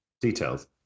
Details